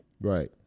Right